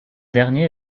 dernier